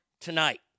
tonight